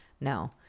no